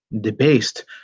debased